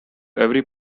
every